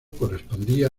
correspondía